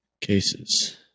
cases